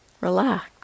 Relax